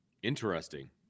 Interesting